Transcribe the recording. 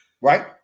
right